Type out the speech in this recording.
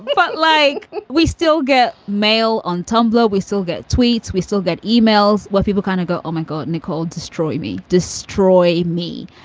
but like, we still get mail on tumblr, we still get tweets, we still get emails where people kind of go, oh, my god, nicole, destroy me, destroy me.